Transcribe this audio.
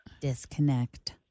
Disconnect